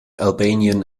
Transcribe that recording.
albanian